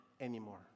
anymore